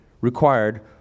required